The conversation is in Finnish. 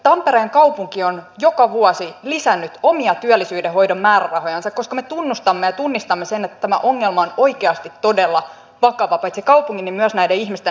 tampereen kaupunki on joka vuosi lisännyt omia työllisyyden hoidon määrärahojansa koska me tunnustamme ja tunnistamme sen että tämä ongelma on oikeasti todella vakava paitsi kaupungin myös näiden ihmisten näkökulmasta